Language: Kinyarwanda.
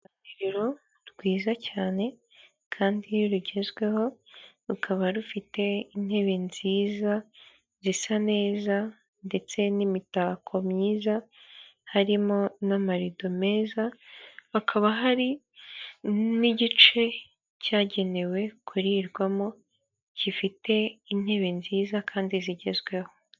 Uruganiriro rwiza cyane kandi rugezweho, rukaba rufite intebe nziza zisa neza ndetse n'imitako myiza, harimo n'amarido meza. Hakaba hari n'igice cyagenewe kurirwamo gifite intebe nziza kandi zigezweho.